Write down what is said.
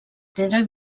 pedra